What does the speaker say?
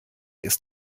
ist